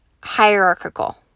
hierarchical